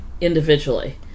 individually